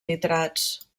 nitrats